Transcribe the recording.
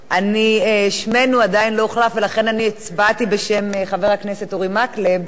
ולכן אני הצבעתי בשם חבר הכנסת אורי מקלב שהחליף אותי כאן בנשיאות,